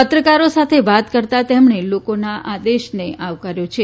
પત્રકારો સાથે વાત કરતાં તેમણે લોકોના આદેશને આવકાર્યો છે